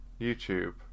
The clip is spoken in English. YouTube